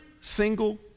single